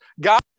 God